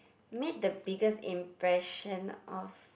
made the biggest impression of